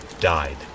died